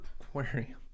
aquarium